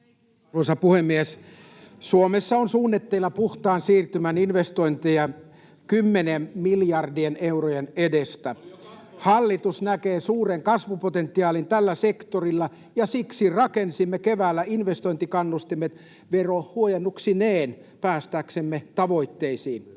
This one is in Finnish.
Suomessa on suunnitteilla puhtaan siirtymän investointeja kymmenien miljardien eurojen edestä. [Timo Harakka: Oli jo kaksi vuotta sitten!] Hallitus näkee suuren kasvupotentiaalin tällä sektorilla, ja siksi rakensimme keväällä investointikannustimet verohuojennuksineen päästäksemme tavoitteisiin.